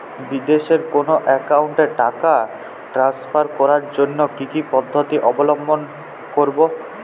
বিদেশের কোনো অ্যাকাউন্টে টাকা ট্রান্সফার করার জন্য কী কী পদ্ধতি অবলম্বন করব?